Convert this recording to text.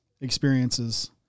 experiences